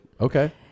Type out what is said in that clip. okay